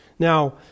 Now